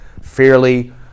fairly